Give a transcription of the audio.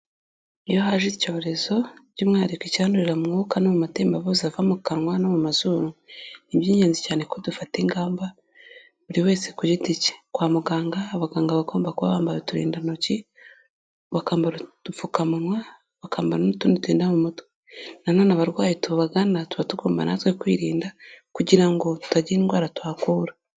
Iyo haje icyorezo, by'umwihariko icyandurira mwuka, no mu mamatembabuzi ava mu kanwa no mu mazuru, ni iby'ingenzi cyane ko dufata ingamba buri wese ku giti ke, kwa muganga abaganga bagomba kuba bambaye uturindantoki, udupfukamuwa, bakambara n'utundi turinda mu mutwe. Na none abarwayi tubagana, tuba tugombako na twe kwirinda, kugira ngo tutagira indwara tuhakura.